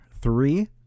three